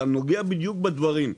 אתה נוגע בדיוק בדברים.